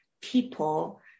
people